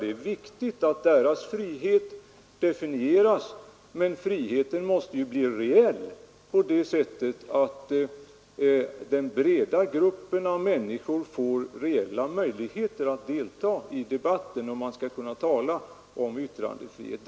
Det är visserligen viktigt att deras frihet definieras, men friheten måste bli reell — på det sättet att den breda gruppen av människor får verkliga möjligheter att delta i debatten — om man skall kunna tala om yttrandefrihet.